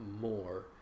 more